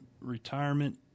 retirement